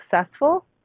successful